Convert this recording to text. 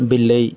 ବିଲେଇ